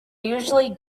usually